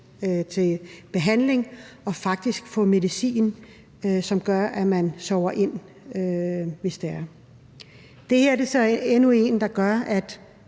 til behandling og faktisk få medicin, som gør, at man sover ind, hvis det er. Det her er så endnu noget, der gør, at